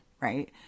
right